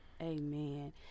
Amen